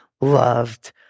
loved